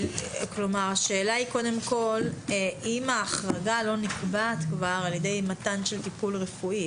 השאלה היא אם ההחרגה לא נקבעת כבר על ידי מתן טיפול רפואי.